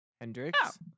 Hendrix